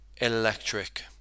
electric